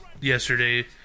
Yesterday